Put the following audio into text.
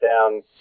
down